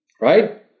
right